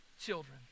children